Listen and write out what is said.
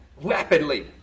rapidly